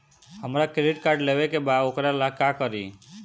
हमरा credit card लेवे के बा वोकरा ला का करी?